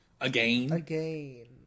again